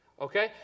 Okay